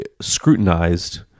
scrutinized